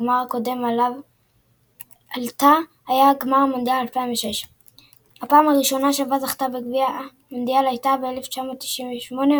הגמר הקודם אליו עלתה היה גמר מונדיאל 2006. הפעם הראשונה בה זכתה בגביע הייתה במונדיאל 1998,